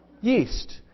yeast